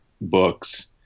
books